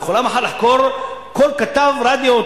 היא יכולה מחר לחקור כל כתב רדיו או